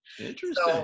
interesting